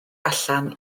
allan